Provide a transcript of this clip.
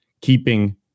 keeping